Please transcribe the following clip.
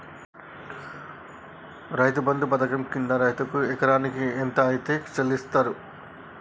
రైతు బంధు పథకం కింద రైతుకు ఎకరాకు ఎంత అత్తే చెల్లిస్తరు?